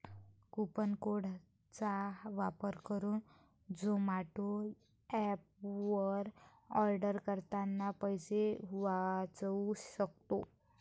coupon code चा वापर करुन झोमाटो एप वर आर्डर करतांना पैसे वाचउ सक्तो